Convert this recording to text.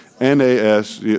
N-A-S